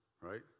Right